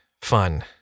fun